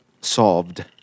solved